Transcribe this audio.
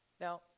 Now